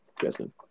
Justin